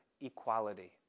equality